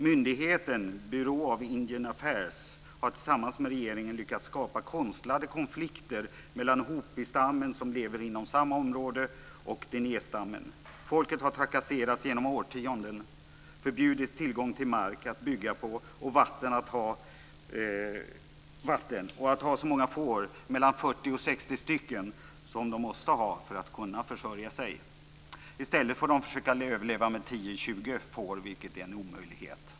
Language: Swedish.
Myndigheten, Bureau of Indian Affairs, har tillsammans med regeringen lyckats skapa konstlade konflikter mellan hopistammen, som lever inom samma område, och dinehstammen. Folket har trakasserats genom årtionden, förbjudits tillgång till mark att bygga på samt vatten och att ha så många får, 40-60 stycken, som de måste ha för att kunna försörja sig. I stället får de försöka överleva med 10-20 får, vilket är en omöjlighet.